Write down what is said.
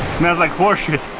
smells like horse shit